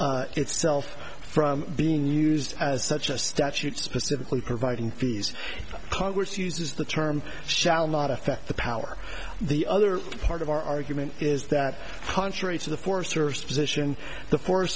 itself from being used as such a statute specifically providing fee's congress uses the term shall not affect the power the other part of our argument is that contrary to the forest service position the forest